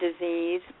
disease